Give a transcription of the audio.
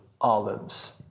Olives